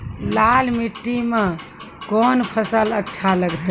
लाल मिट्टी मे कोंन फसल अच्छा लगते?